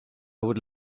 would